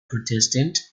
protestant